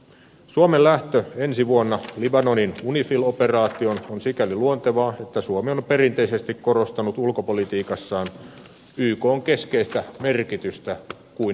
suomen lähtö ensi vuonna libanonin unifil operaatioon on sikäli luontevaa että suomi on perinteisesti korostanut ulkopolitiikassaan ykn keskeistä merkitystä kuin myös perussuomalaiset